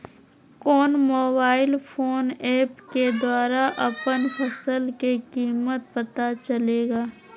कौन mobile phone app के द्वारा अपन फसल के कीमत पता चलेगा?